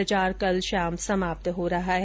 प्रचार कल शाम समाप्त हो रहा है